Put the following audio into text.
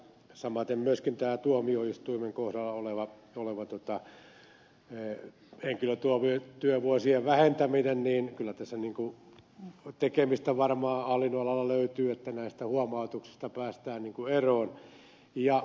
samaten myöskin tuomioistuinten kohdalla on henkilötyövuosien vähentämistä ja kyllä tässä tekemistä varmaan hallinnonalalla löytyy että näistä huomautuksista päästään eroon